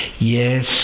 Yes